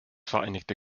vereinigte